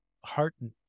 heartened